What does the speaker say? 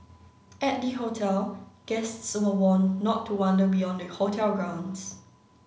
at the hotel guests were warned not to wander beyond the hotel grounds